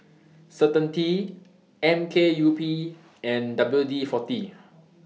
Certainty M K U P and W D forty